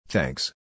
Thanks